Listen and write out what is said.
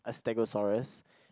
as Stegosaurus